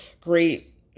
great